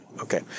Okay